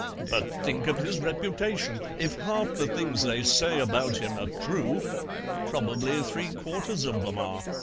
but think of his reputation! if half the things they say about him are true probably three-quarters of them are.